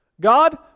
God